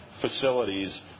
facilities